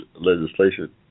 legislation